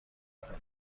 کنی